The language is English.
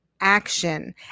action